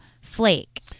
flake